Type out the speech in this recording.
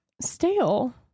stale